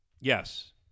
Yes